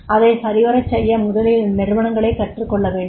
அதை சரிவரச் செய்ய முதலில் அந்நிறுவனங்களே கற்றுக்கொள்ள வேண்டும்